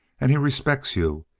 and he respects you.